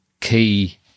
key